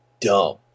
dumb